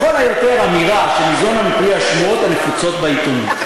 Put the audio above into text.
לכל היותר אמירה שניזונה מפי השמועות הנפוצות בעיתונות.